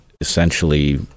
essentially